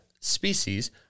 species